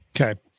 Okay